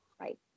right